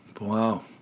Wow